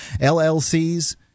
LLCs